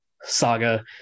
saga